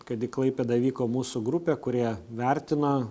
kad į klaipėdą vyko mūsų grupė kurie vertina